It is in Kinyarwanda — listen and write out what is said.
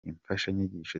imfashanyigisho